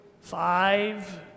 five